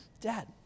Dad